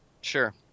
Sure